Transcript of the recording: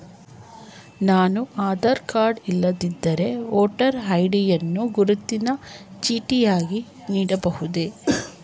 ನಾನು ಆಧಾರ ಕಾರ್ಡ್ ಇಲ್ಲದಿದ್ದರೆ voter ID ಯನ್ನು ಗುರುತಿನ ಚೀಟಿಯಾಗಿ ನೀಡಬಹುದೇ?